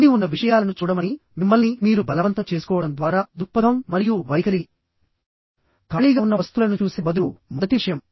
నిండి ఉన్న విషయాలను చూడమని మిమ్మల్ని మీరు బలవంతం చేసుకోవడం ద్వారా దృక్పథం మరియు వైఖరి ఖాళీగా ఉన్న వస్తువులను చూసే బదులు మొదటి విషయం